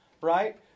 Right